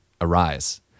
arise